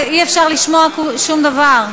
אי-אפשר לשמוע שום דבר.